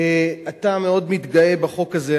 אתה מאוד מתגאה בחוק הזה,